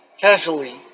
casually